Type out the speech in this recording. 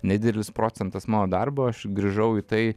nedidelis procentas mano darbo aš grįžau į tai